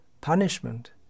punishment